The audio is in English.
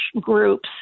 groups